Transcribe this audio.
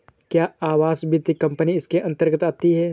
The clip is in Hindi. क्या आवास वित्त कंपनी इसके अन्तर्गत आती है?